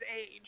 age